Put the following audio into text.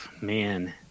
Man